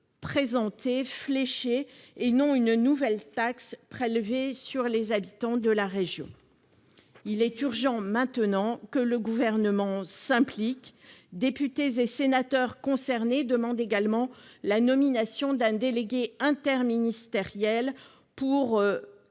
et non prélever une nouvelle taxe sur les habitants de la région. Il est urgent, maintenant, que le Gouvernement s'implique. Les députés et les sénateurs concernés demandent également la nomination d'un délégué interministériel pour